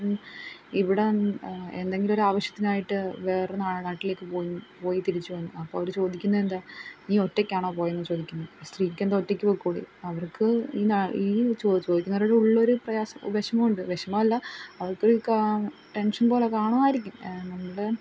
ഇവിടെ എന്തെങ്കിലും ഒരാവവശ്യത്തിനായിട്ട് വേറെ നാ നാട്ടിലേക്ക് പോയി പോയി തിരിച്ച് വന്നു അപ്പോൾ അവർ ചോദിക്കുന്നതെന്താണ് നീ ഒറ്റയ്ക്കാണോ പോയതെന്ന് ചോദിക്കും സ്ത്രീക്ക് എന്താണ് ഒറ്റയ്ക്ക് പോയിക്കൂടേ അവർക്ക് ഈ നാ ഈ ചോദിക്കുന്നവരുടെ ഉള്ളിലൊരു പ്രയാസം വിഷമം ഉണ്ട് വിഷമം അല്ല അവർക്ക് കാ ടെൻഷൻ പോലെ കാണുമായിരിക്കും നമ്മുടെ